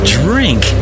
drink